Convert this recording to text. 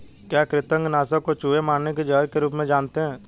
क्या कृतंक नाशक को चूहे मारने के जहर के रूप में जानते हैं?